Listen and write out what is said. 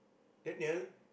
Daniel